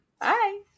Bye